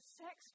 sex